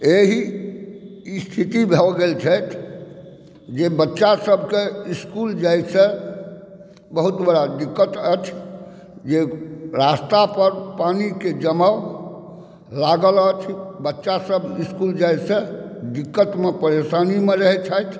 एहि स्थिति भऽ गेल छथि जे बच्चासभकेॅं इस्कूल जाहिसॅं बहुत बड़ा दिक़्क़त अछि जे रास्ता पर पानिके जमाव लागल अछि बच्चासभ इस्कूल जाहिसॅं दिक़्क़तमे परेशानीमे रहैत छथि